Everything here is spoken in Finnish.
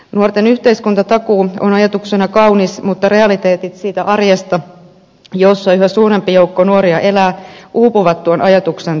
nuorten yhteiskuntatakuu on ajatuksena kaunis mutta realiteetit siitä arjesta jossa yhä suurempi joukko nuoria elää uupuvat tuon ajatuksen taustalta